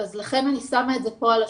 לכן אני שמה את זה פה על השולחן.